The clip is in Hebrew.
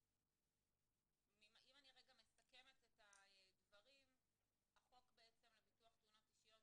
אם אני רגע מסכמת את הדברים החוק לביטוח תאונות אישיות,